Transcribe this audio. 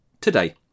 Today